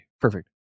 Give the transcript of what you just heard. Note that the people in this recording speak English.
perfect